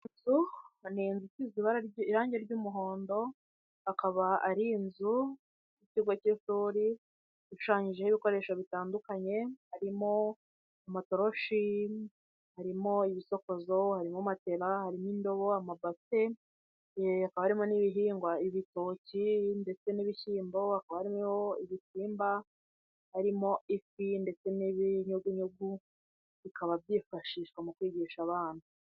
Inzu isize irangi ry'umuhondo, akaba ari inzu y'ikigo cy'ishuri gishushanyijeho ibikoresho bitandukanye, harimo amatoroshi, harimo ibisokozo, harimo matela, harimo indobo, amabase, harimo n'ibihingwa, ibitoki ndetse n'ibishyimbo, hakabamo ibisimba, harimo ifi ndetse n'ibinyugunyugu, bikaba byifashishwa mu kwigisha abana.